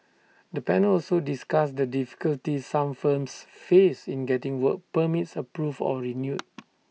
the panel also discussed the difficulties some firms faced in getting work permits approved or renewed